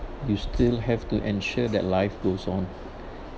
you still have to ensure that life goes on